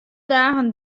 dagen